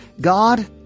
God